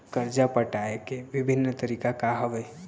करजा पटाए के विभिन्न तरीका का हवे?